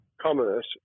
commerce